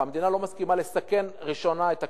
המדינה לא מסכימה לסכן ראשונה את הכסף.